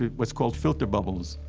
what's called filter bubbles.